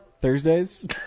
Thursdays